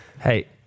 Hey